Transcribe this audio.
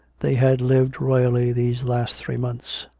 they had lived royally these last three months.